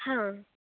हा